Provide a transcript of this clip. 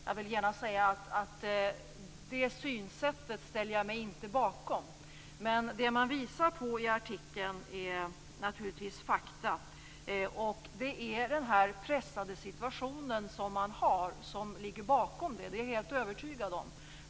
Jag vill genast säga att jag inte ställer mig bakom det synsättet, men det man visar på i artikeln är naturligtvis fakta. Det är den pressade situationen som ligger bakom; det är jag helt övertygad om.